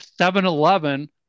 7-Eleven